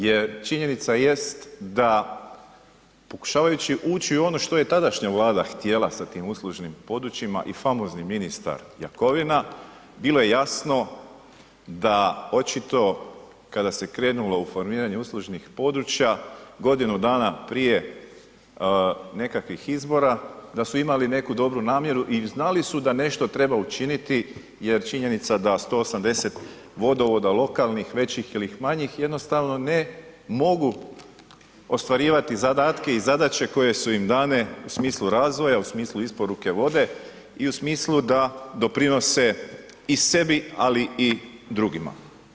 Jer činjenica jest da pokušavajući ući u ono što je tadašnja vlada htjela sa tim uslužnim područjima i famozni ministar Jakovina bilo je jasno da očito kada se krenulo u formiranje uslužnih područja, godinu dana prije nekakvih izbora da su imali neku dobru namjeru i znali su da nešto treba učiniti jer činjenica da 180 vodovoda lokalnih većih ili manjih jednostavno ne mogu ostvarivati zadatke i zadaće koje su im dane u smislu razvoja, u smislu isporuke vode i u smislu da doprinose i sebi ali i drugima.